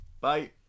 Bye